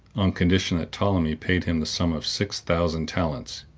on condition that ptolemy paid him the sum of six thousand talents,